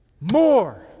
more